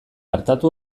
artatu